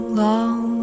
long